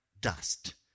dust